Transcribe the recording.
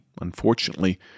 unfortunately